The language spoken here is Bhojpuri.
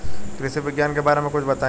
कृषि विज्ञान के बारे में कुछ बताई